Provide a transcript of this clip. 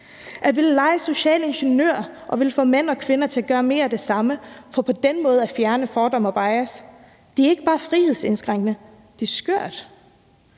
At ville lege social ingeniør og at ville få mænd og kvinder til at gøre mere af det samme for på den måde at fjerne fordomme og bias er ikke bare frihedsindskrænkende, men det